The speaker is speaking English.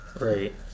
Right